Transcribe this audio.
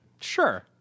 Sure